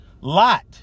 Lot